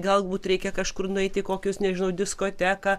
galbūt reikia kažkur nueiti į kokius nežinau diskoteką